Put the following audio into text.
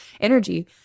energy